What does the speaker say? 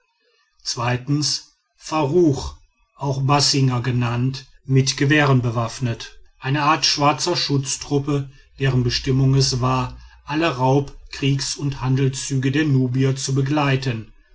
faruch auch basinger genannt mit gewehren bewaffnet eine art schwarzer schutztruppe deren bestimmung es war alle raub kriegs und handelszüge der nubier zu begleiten